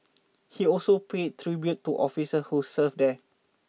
he also paid tribute to officers who served there